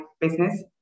business